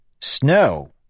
Snow